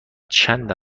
چند